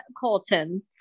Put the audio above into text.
Colton